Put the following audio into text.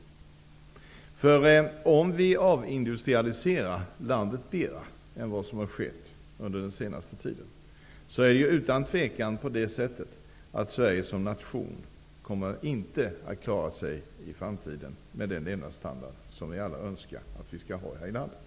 Om vi avindustrialiserar landet mer än vad som har skett under den senaste tiden kommer inte Sverige som nation att i framtiden klara sig med den levnadsstandard som vi alla önskar att vi skall ha här i landet.